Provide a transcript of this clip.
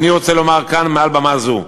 אני רוצה לומר כאן, מעל במה זו: